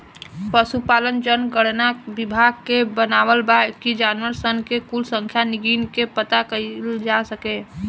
पसुपालन जनगणना विभाग के बनावल बा कि जानवर सन के कुल संख्या गिन के पाता कइल जा सके